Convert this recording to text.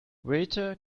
waiter